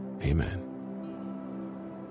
amen